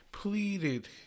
Pleaded